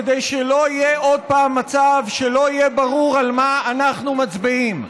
כדי שלא יהיה עוד פעם מצב שלא יהיה ברור על מה אנחנו מצביעים,